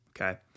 Okay